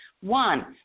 One